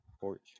porch